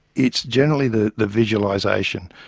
it's generally the the visualisation.